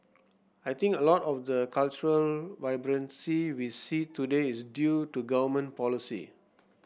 I think a lot of the cultural vibrancy we see today is due to government policy